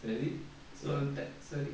really so in the சரி:sari